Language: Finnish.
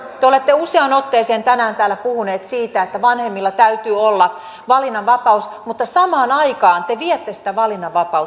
te olette useaan otteeseen tänään täällä puhuneet siitä että vanhemmilla täytyy olla valinnanvapaus mutta samaan aikaan te viette sitä valinnanvapautta pois